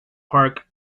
park